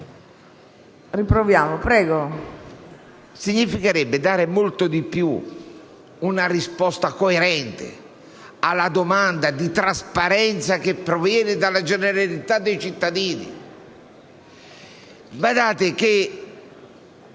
si riuscirà a dare molto di più: una risposta coerente alla domanda di trasparenza che proviene dalla generalità dei cittadini.